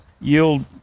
yield